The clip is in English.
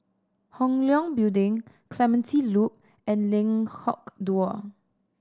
Hong Leong Building Clementi Loop and Dua